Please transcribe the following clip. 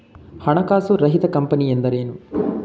ಹಣಕಾಸು ರಹಿತ ಕಂಪನಿ ಎಂದರೇನು?